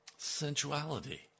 sensuality